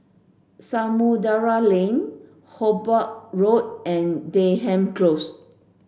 Samudera Lane Hobart Road and Denham Close